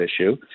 issue